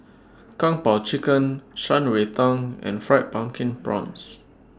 Kung Po Chicken Shan Rui Tang and Fried Pumpkin Prawns